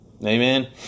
Amen